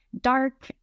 dark